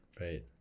right